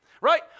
right